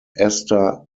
ester